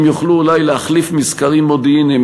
הם יוכלו אולי להחליף מזכרים מודיעיניים,